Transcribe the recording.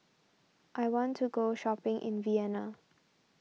I want to go shopping in Vienna